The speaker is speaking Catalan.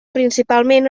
principalment